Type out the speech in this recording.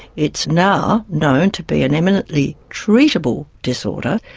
it's now known to be an eminently treatable disorder.